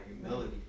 humility